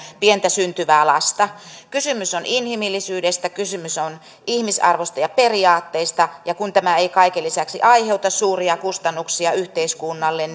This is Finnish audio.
pientä syntyvää lasta kysymys on inhimillisyydestä kysymys on ihmisarvosta ja periaatteista ja kun tämä ei kaiken lisäksi aiheuta suuria kustannuksia yhteiskunnalle